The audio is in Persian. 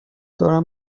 دارم